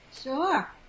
sure